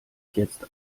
jetzt